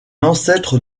ancêtre